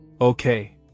Okay